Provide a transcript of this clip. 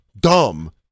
dumb